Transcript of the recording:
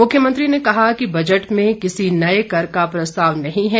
मुख्यमंत्री ने कहा कि बजट में किसी नए कर का प्रस्ताव नहीं है